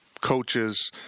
coaches